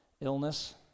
illness